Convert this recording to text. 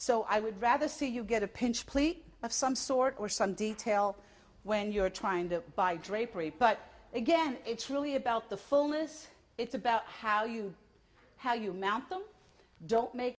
so i would rather see you get a pinch pleat of some sort or some detail when you're trying to buy drapery but again it's really about the fullness it's about how you how you mount them don't make